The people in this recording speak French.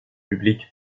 public